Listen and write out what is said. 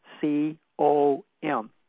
C-O-M